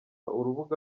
urubuga